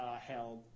held